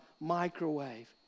microwave